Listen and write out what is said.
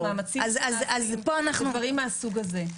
המאמצים שנעשים ודברים מהסוג הזה.